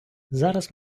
зараз